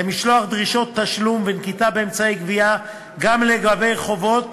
למשלוח דרישות תשלום ונקיטת אמצעי גבייה גם לגבי חובות